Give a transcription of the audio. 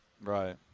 Right